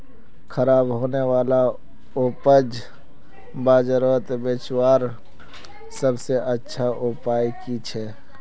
ख़राब होने वाला उपज बजारोत बेचावार सबसे अच्छा उपाय कि छे?